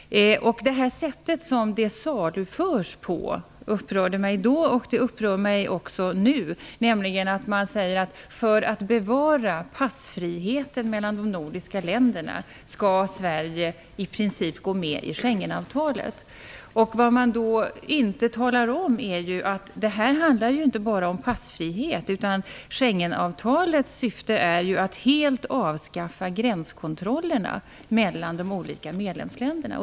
Sättet som det här salufördes på upprörde mig då och det upprör mig också nu. Man säger nämligen att för att bevara passfriheten mellan de nordiska länderna skall Sverige i princip gå med i Schengenavtalet. Vad man då inte talar om är att det inte bara handlar om passfrihet. Schengenavtalets syfte är att helt avskaffa gränskontrollerna mellan de olika medlemsländerna.